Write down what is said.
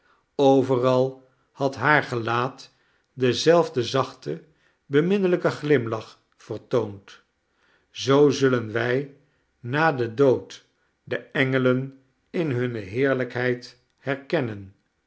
overal had haar gelaat denzelfden zach ten beminnelijken glimlach vertoond zoo zullen wij na den dood de engelen in hunne heerlijkheid herkennen